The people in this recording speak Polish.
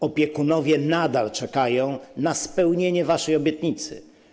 Opiekunowie nadal czekają na spełnienie waszej obietnicy.